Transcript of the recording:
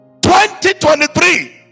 2023